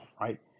right